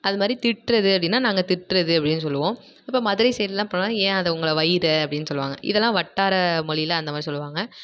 அதுமாதிரி திட்டுறது அப்படினா நாங்கள் திட்டுறது அப்படினு சொல்வோம் இப்போ மதுரை சைடுலாம் போனால் ஏன் அதை அவங்கள வைய்யிர அப்படினு சொல்வாங்க இதெல்லாம் வட்டார மொழியில் அந்தமாதிரி சொல்வாங்க